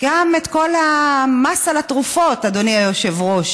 גם את כל המס על התרופות, אדוני היושב-ראש.